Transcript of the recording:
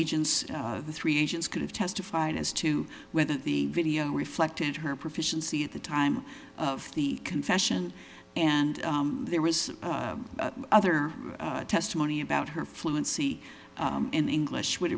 agents of the three nations could have testified as to whether the video reflected her proficiency at the time of the confession and there was other testimony about her fluency in english would